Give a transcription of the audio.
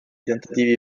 tentativi